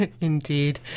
Indeed